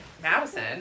madison